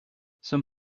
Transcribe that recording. some